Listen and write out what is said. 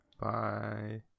Bye